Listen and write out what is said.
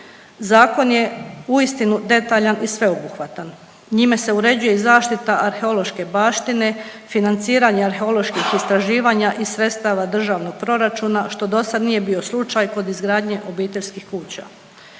Zakon je uistinu detaljan i sveobuhvatan. Njime se uređuje zaštita arheološke baštine, financiranje arheoloških istraživanja iz sredstava državnog proračuna, što dosad nije bio slučaj kod izgradnje obiteljskih kuća.